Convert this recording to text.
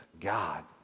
God